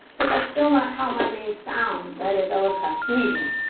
but that's still not how my name sounds, right, it's always castillo,